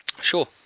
Sure